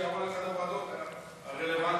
הוועדות הרלוונטיות.